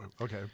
Okay